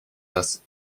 das